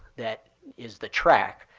that is the track.